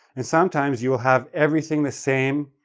and sometimes, you will have everything the same,